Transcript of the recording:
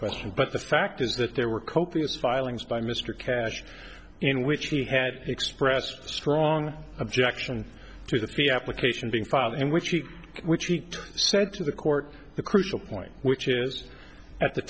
question but the fact is that there were copious filings by mr cash in which he had expressed strong objection to that the application being filed in which he which he said to the court the crucial point which is at the